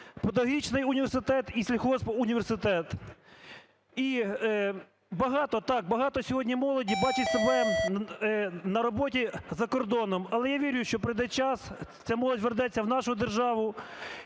педагогічний університет і сільхозуніверситет. І багато, так, багато сьогодні молоді бачить себе на роботі за кордоном. Але я вірю, що прийде час, ця молодь вернеться в нашу державу.